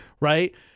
Right